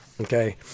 Okay